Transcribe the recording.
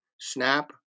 Snap